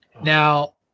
Now